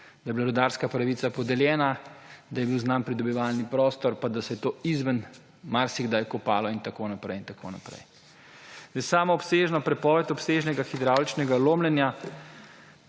da je bila rudarska pravica podeljena, da je bil znan pridobivalni prostor, pa da se je to izven marsikdaj kopalo in tako naprej in tako naprej. Zdaj sama obsežna prepoved obsežnega hidravličnega lomljenja